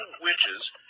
witches